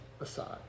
aside